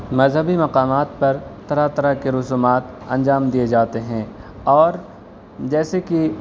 مذہبی مقامات پر طرح طرح کے رسومات انجام دیے جاتے ہیں اور جیسے کہ